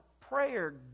prayer